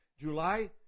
July